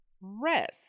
Rest